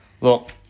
Look